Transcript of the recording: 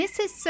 Mrs